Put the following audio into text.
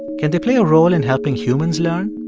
can they play a role in helping humans learn?